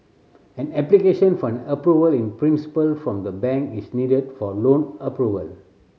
an application for an Approval in Principle from the bank is needed for loan approval